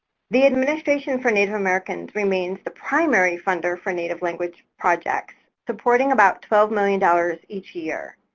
the administration for native americans remains the primary funder for native language projects. supporting about twelve million dollars each year.